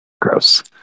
Gross